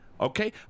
okay